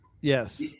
Yes